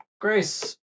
Grace